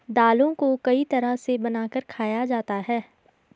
दालों को कई तरह से बनाकर खाया जाता है